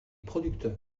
producteur